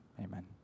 amen